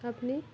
আপনি